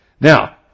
Now